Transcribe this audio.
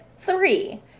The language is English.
three